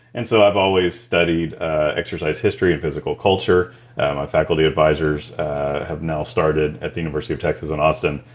and so i've always studied exercise history and physical culture. my faculty advisors have now started at the university of texas in austin,